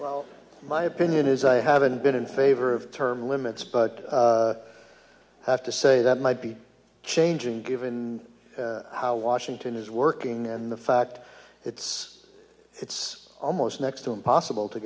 well my opinion is i haven't been in favor of term limits but i have to say that might be changing given how washington is working and the fact it's it's almost next to impossible to